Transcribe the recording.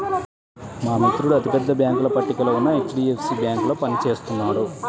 మా మిత్రుడు అతి పెద్ద బ్యేంకుల పట్టికలో ఉన్న హెచ్.డీ.ఎఫ్.సీ బ్యేంకులో పని చేస్తున్నాడు